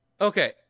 okay